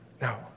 Now